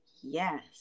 yes